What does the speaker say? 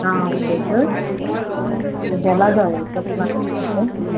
okay sir మీకు ఎలా కావాలి సార్ ప్లాట్స్ అంటే